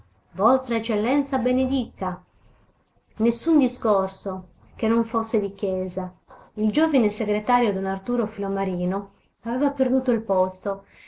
vostra eccellenza benedica nessun discorso che non fosse di chiesa il giovine segretario don arturo filomarino aveva perduto il posto